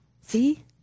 See